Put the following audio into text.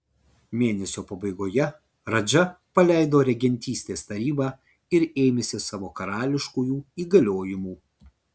mėnesio pabaigoje radža paleido regentystės tarybą ir ėmėsi savo karališkųjų įgaliojimų